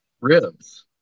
ribs